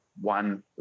One